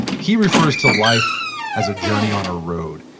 he refers to life as a journey on a road.